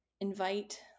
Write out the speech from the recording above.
invite